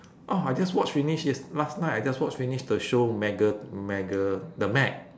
oh I just watch finish yes~ last night I just watch finish the show mega mega the meg